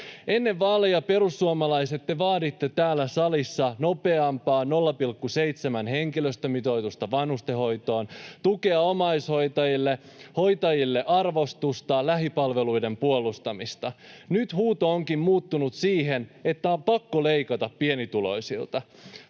Ennen vaaleja, perussuomalaiset, te vaaditte täällä salissa nopeampaa 0,7:n henkilöstömitoitusta vanhustenhoitoon, tukea omaishoitajille, hoitajille arvostusta ja lähipalveluiden puolustamista. Nyt huuto onkin muuttunut siihen, että on pakko leikata pienituloisilta.